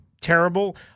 terrible